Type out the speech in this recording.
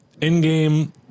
in-game